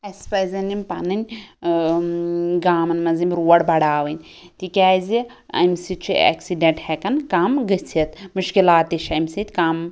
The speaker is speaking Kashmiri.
اسہِ پَزیٚن یم پَنٕنۍ ٲں گامَن مَنٛز یم روڑ بَڑھاوٕنۍ تِکیٛازِ اَمہِ سۭتۍ چھِ ایٚکسِڈینٛٹ ہیٚکان کم گٔژھِتھ مُشکِلات تہِ چھِ اَمہِ سۭتۍ کم